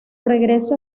regreso